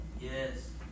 Yes